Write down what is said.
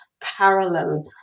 parallel